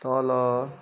तल